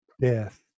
death